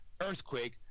earthquake